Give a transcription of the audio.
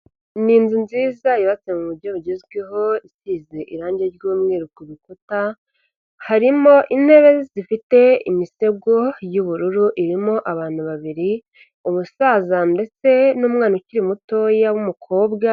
Ni inzu nziza yibatswe mu buryo bugezweho isize irangi ry'umweru ku bikuta, harimo intebe zifite imisego y'ubururu, irimo abantu babiri umusaza ndetse n'umwana ukiri muto w'umukobwa.